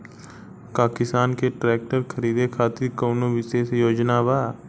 का किसान के ट्रैक्टर खरीदें खातिर कउनों विशेष योजना बा?